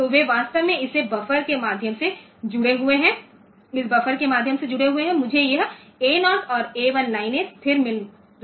तो वे वास्तव में इस बफर के माध्यम से जुड़े हुए हैं मुझे यह ए 0 और ए 1 लाइनें स्थिर मिल रही हैं